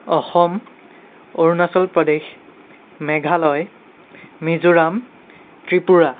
Assam Arunachal Pradesh Meghalaya Mizoram Tripura